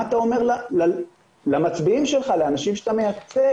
מה אתה אומר למצביעים שלך, לאנשים שאתה מייצג?